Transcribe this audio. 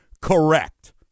correct